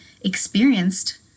experienced